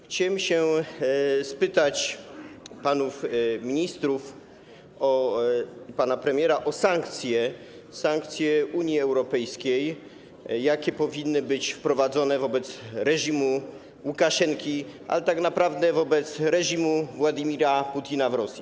Chciałem spytać panów ministrów i pana premiera o sankcje Unii Europejskiej, jakie powinny być wprowadzone wobec reżimu Łukaszenki, ale tak naprawdę wobec reżimu Władimira Putina w Rosji.